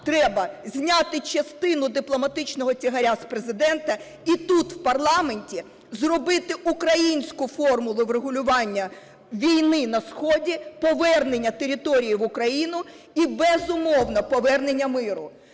треба зняти частину дипломатичного тягаря з Президента, і тут, в парламенті, зробити українську формулу врегулювання війни на сході, повернення територій в Україну і, безумовно, повернення миру.